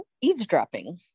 eavesdropping